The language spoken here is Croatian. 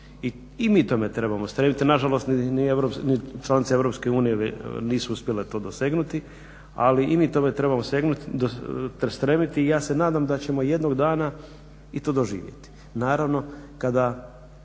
I mi tome trebamo stremiti. Nažalost ni članice EU nisu uspjele to dosegnuti ali i mi tome trebamo stremiti i ja se nadam da ćemo jednog dana i to doživjeti.